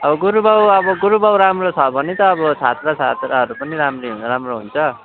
अब गुरुबाउ गुरुबाउ राम्रो छ भने त अब छात्र छात्राहरू पनि राम्री राम्रो हुन्छ